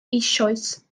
eisoes